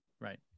right